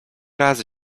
razy